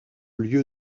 lieu